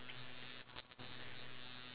ya true